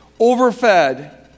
overfed